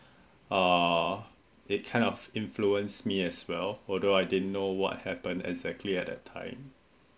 err they kind of influence me as well although I did not know what happen exactly at that time